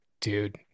dude